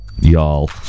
Y'all